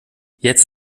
jetzt